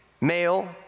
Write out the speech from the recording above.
male